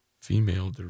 female